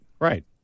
Right